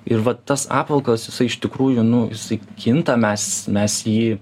ir va tas apvalkalas jisai iš tikrųjų nu jisai kinta mes mes jį